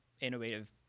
innovative